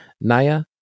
Naya